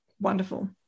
Wonderful